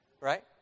Right